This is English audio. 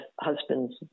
husband's